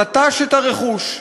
נטש את הרכוש.